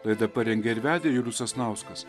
laidą parengė ir vedė julius sasnauskas